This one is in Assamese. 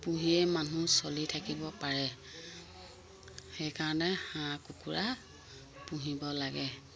পুহিয়ে মানুহ চলি থাকিব পাৰে সেইকাৰণে হাঁহ কুকুৰা পুহিব লাগে